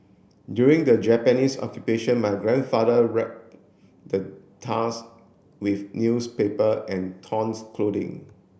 during the Japanese Occupation my grandfather wrapped the tusk with newspaper and trons clothing